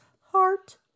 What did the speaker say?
heart